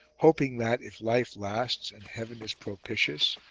hoping that, if life lasts and heaven is propitious,